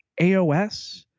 AOS